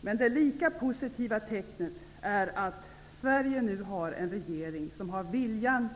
Men ett lika positivt tecken är att Sverige nu har en regering som har viljan